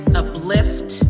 uplift